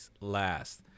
last